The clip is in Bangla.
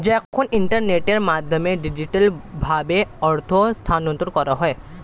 যখন ইন্টারনেটের মাধ্যমে ডিজিটালভাবে অর্থ স্থানান্তর করা হয়